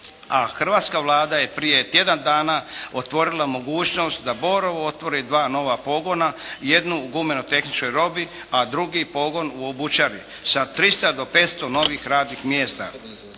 a hrvatska Vlada je prije tjedan dana otvorila mogućnost da “Borovo“ otvori dva nova pogona, jedno u gumeno-tehničkoj robi, a drugi pogon u obućari sa 300 do 500 novih radnih mjesta.